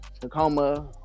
Tacoma